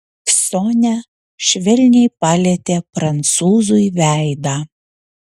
sonia švelniai palietė prancūzui veidą